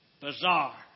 bizarre